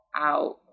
out